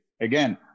Again